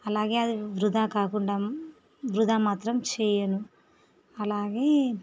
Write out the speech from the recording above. అలాగే అది వృధా కాకుండా వృధా మాత్రం చేయను అలాగే